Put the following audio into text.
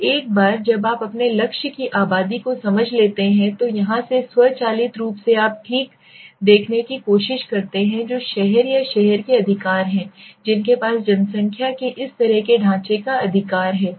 तो एक बार जब आप अपने लक्ष्य की आबादी को समझ लेते हैं तो यहां से स्वचालित रूप से आप ठीक देखने की कोशिश करते हैं जो शहर या शहर के अधिकार हैं जिनके पास जनसंख्या के इस तरह के ढांचे का अधिकार है